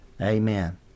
Amen